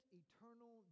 eternal